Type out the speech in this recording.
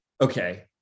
okay